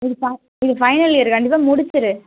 இது ஃப இது ஃபைனல் இயரு கண்டிப்பாக முடிச்சிடு